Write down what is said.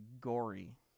gory